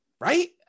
right